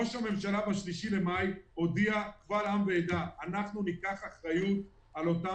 ראש הממשלה ב-3 במאי הודיע קבל עם ועדה: אנחנו ניקח אחריות על אותם